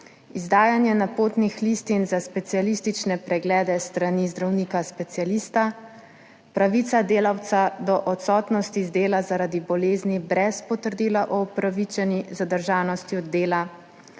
izdajanje napotnih listin za specialistične preglede s strani zdravnika specialista, pravica delavca do odsotnosti z dela zaradi bolezni brez potrdila o upravičeni zadržanosti od dela,